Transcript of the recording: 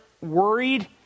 worried